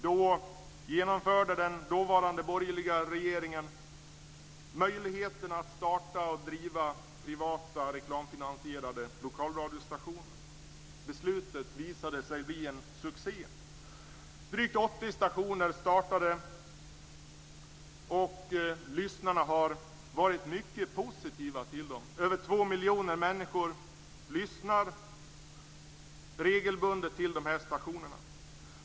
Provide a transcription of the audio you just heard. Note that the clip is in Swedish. Då införde den dåvarande borgerliga regeringen möjligheten att starta och driva privata, reklamfinansierade lokalradiostationer. Beslutet visade sig bli en succé. Drygt 80 stationer startade, och lyssnarna har ställt sig mycket positiva till dem. Över två miljoner människor lyssnar regelbundet till de här stationerna.